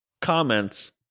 comments